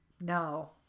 No